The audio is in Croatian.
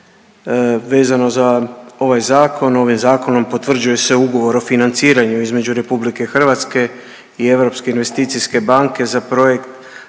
Vezano za ovaj zakon, ovim zakonom potvrđuje se Ugovor o financiranju između Republike Hrvatske i Europske investicijske banke za projekt